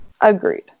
Agreed